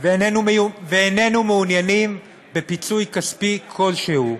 ואיננו מעוניינים בפיצוי כספי כלשהו,